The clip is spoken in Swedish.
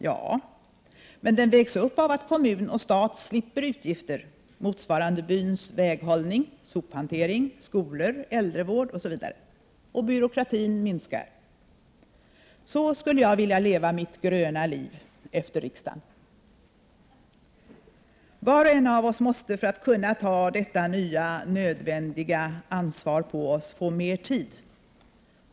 Ja, men den vägs upp av att kommun och stat slipper utgifter, motsvarande byns väghållning, sophantering, skolor, äldrevård, osv. Och byråkratin minskar. Så skulle jag vilja leva mitt gröna liv efter riksdagen. Var och en av oss måste, för att kunna ta detta nya nödvändiga ansvar på oss, få mer tid.